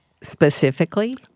specifically